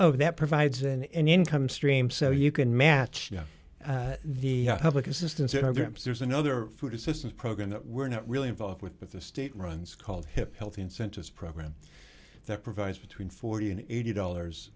oh that provides an income stream so you can match the public assistance programs there's another food assistance program that we're not really involved with but the state runs called hip healthy incentives program that provides between forty dollars and eighty dollars